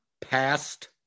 past